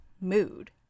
mood